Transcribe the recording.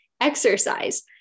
exercise